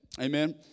Amen